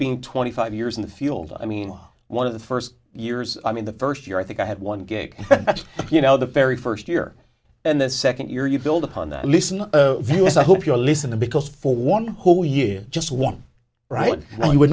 being twenty five years in the field i mean one of the first years i mean the first year i think i had one gig you know the very first year and the second year you build upon that listen i hope you're listening because for one whole year just one right now you would